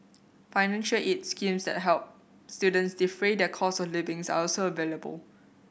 financial aid schemes that help students defray their costs of living are also available